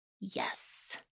Yes